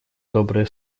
добрые